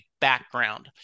background